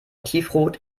tiefrot